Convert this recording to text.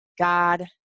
God